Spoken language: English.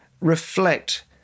reflect